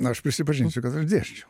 nu aš prisipažinsiu kad aš dėsčiau